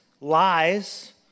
lies